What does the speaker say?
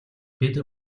бид